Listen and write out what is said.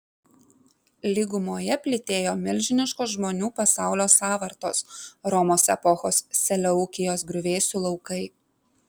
lygumoje plytėjo milžiniškos žmonių pasaulio sąvartos romos epochos seleukijos griuvėsių laukai